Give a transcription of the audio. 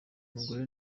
mugore